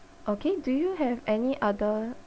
okay do you have any other